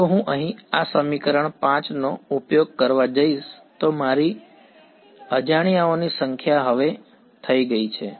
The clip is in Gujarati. જો હું અહીં આ સમીકરણ 5 નો ઉપયોગ કરવા જઈશ તો મારી અજાણ્યાઓની સંખ્યા હવે થઈ ગઈ છે